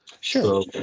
Sure